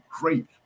great